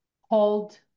hold